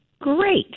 Great